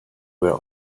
were